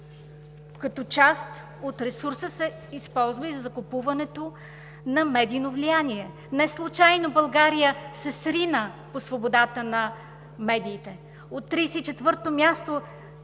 като част от ресурса се използва и за закупуването на медийно влияние. Неслучайно България се срина по свободата на медиите. От 34-то място